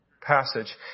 passage